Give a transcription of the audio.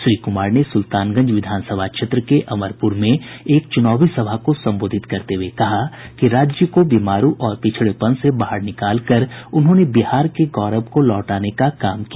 श्री कुमार ने सुल्तानगंज विधानसभा क्षेत्र के अमरपुर में एक चुनावी सभा को संबोधित करते हुए कहा कि राज्य को बीमारू और पिछड़ेपन से बाहर निकालकर उन्होंने बिहार के गौरव को लौटाने का काम किया